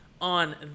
on